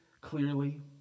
clearly